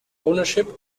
ownership